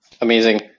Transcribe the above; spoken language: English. amazing